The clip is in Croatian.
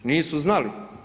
Nisu znali.